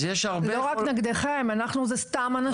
זה לא רק נגדכם, אנחנו זה סתם אנשים.